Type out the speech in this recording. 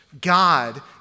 God